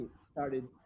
started